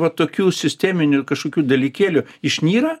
vat tokių sisteminių kažkokių dalykėlių išnyra